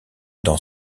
dans